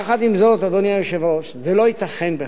יחד עם זאת, אדוני היושב-ראש, זה לא ייתכן בכלל.